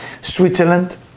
switzerland